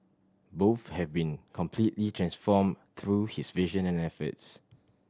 both have been completely transformed through his vision and efforts